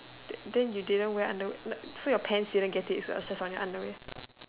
that then you didn't wear underwear like so your pants didn't get it it's just on your underwear